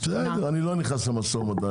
בסדר, אני לא נכנס למשא ומתן.